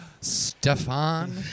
Stefan